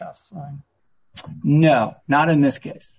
us no not in this case